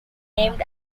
named